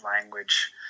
language